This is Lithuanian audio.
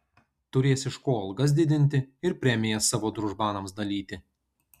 turės iš ko algas didinti ir premijas savo družbanams dalyti